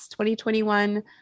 2021